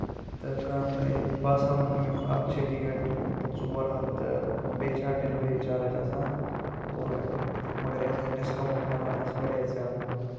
تہٕ کٲم گٔے بہٕ سا وَنہٕ أمیُک اَتھ چھِ ریٹ ژور ہَتھ تہٕ بیٚیہِ چھِ اَتھ ڈیٚلِؤری چارٕج آسان وُہ رۄپیہِ مَگر یہِ ہسا ڈِسکَوُنٹ کران اَسہِ واریاہ زیادٕ